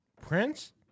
Prince